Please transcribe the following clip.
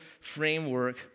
framework